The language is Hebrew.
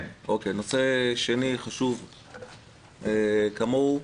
נושא שני חשוב כמוהו,